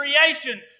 creation